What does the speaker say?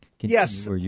Yes